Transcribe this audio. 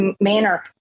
manner